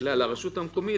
וזו שאלה גם לכיוון הממשלה,